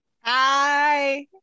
Hi